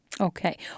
Okay